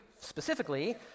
specifically